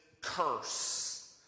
curse